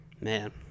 Man